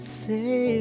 say